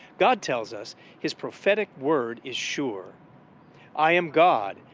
god tells us his prophetic word is sure i am god,